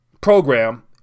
program